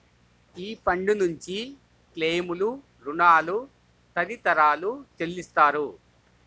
ఈ ఫండ్ నుంచి క్లెయిమ్లు, రుణాలు తదితరాలు చెల్లిస్తారు